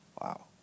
Wow